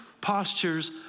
postures